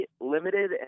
Limited